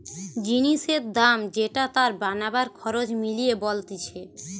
জিনিসের দাম যেটা তার বানাবার খরচ মিলিয়ে বলতিছে